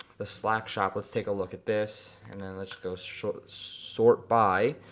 the slack shop, let's take a look at this, and then let's go sort sort by,